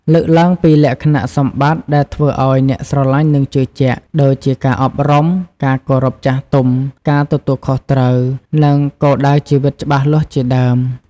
លើកឡើងពីលក្ខណៈសម្បត្តិដែលធ្វើឱ្យអ្នកស្រឡាញ់និងជឿជាក់ ដូចជាការអប់រំ ការគោរពចាស់ទុំ ការទទួលខុសត្រូវ និងគោលដៅជីវិតច្បាស់លាស់ជាដើម។